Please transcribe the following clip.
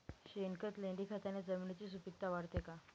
शेणखत, लेंडीखताने जमिनीची सुपिकता वाढते का?